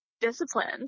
disciplined